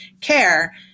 care